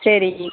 சரி